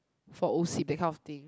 for o_c that kind of thing